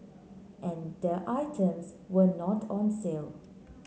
and the items were not on sale